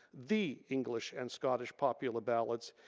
the english and scottish popular ballads,